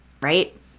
right